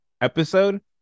episode